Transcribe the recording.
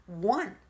one